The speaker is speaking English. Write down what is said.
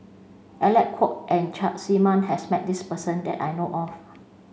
Aalec Kuok and Chak See Mun has met this person that I know of